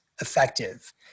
effective